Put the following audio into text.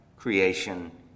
Creation